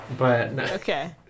Okay